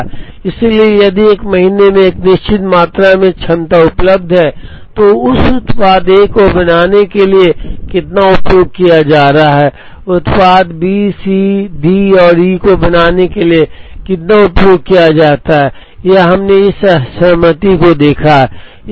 इसलिए यदि एक महीने में एक निश्चित मात्रा में क्षमता उपलब्ध है तो उस उत्पाद A को बनाने के लिए कितना उपयोग किया जा रहा है उत्पाद B C D और E को बनाने के लिए कितना उपयोग किया जाता है यह हमने इस असहमति में देखा है